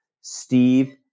Steve